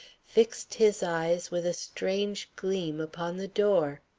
fixed his eyes with a strange gleam upon the door.